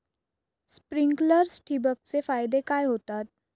Sprinklers ठिबक चे फायदे काय होतात?